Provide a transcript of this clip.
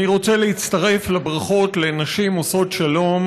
אני רוצה להצטרף לברכות לנשים עושות שלום,